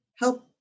Help